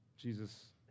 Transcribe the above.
Jesus